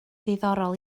ddiddorol